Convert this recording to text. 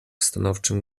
stanowczym